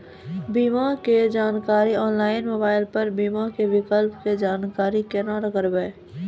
बीमा के जानकारी ऑनलाइन मोबाइल पर बीमा के विकल्प के जानकारी केना करभै?